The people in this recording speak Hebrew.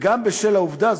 וגם בשל העובדה,